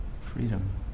freedom